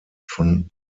von